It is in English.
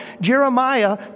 Jeremiah